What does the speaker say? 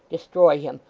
destroy him.